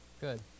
good